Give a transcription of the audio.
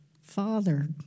Father